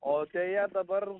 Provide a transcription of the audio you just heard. o deja dabar